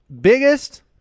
Biggest